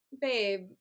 babe